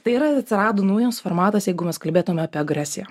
tai yra atsirado naujas formatas jeigu mes kalbėtume apie agresiją